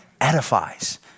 edifies